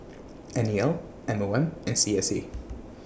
N E L M O M and C S C